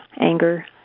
anger